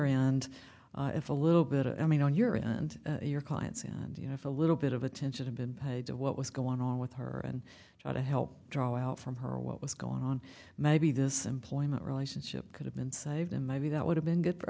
hand if a little bit i mean on your and your clients and you know if a little bit of attention have been paid to what was going on with her and try to help draw out from her what was going on maybe this employment relationship could have been saved and maybe that would have been good